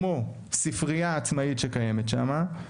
כמו ספריה עצמאית שקיימת שם,